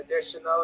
Additionally